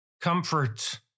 comfort